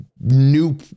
new